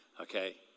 Okay